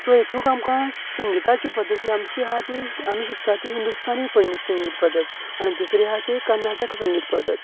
so हेतून आमकां संगिताची पद्दती आमची आहा ती आमी शिकता ती हिंदुस्थानी पंडी संगीत पद्दत आनी दुसरी आसा ती कन्नाटक संगीत पद्दत